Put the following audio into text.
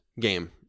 game